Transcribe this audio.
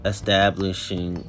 Establishing